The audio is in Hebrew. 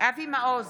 אבי מעוז,